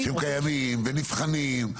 שהם קיימים ונבחנים.